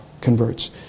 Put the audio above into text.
converts